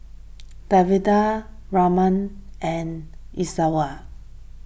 Davinder Ramnath and Iswaran